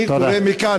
אני קורא מכאן,